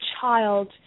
child